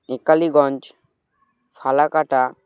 Mekhliganj Falakata